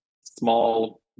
small